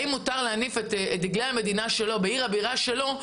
האם ניתן להניף את דגלי המדינה שלו בעיר הבירה שלו,